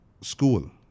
school